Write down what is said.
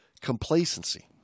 complacency